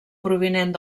provinent